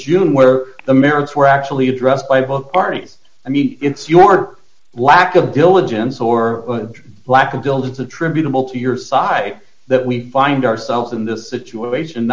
june where the merits were actually addressed by both parties i mean it's your lack of diligence or lack of buildings attributable to your side that we find ourselves in this situation